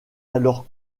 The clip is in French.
alors